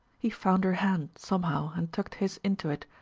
he found her hand, somehow, and tucked his into it,